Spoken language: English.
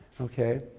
Okay